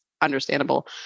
understandable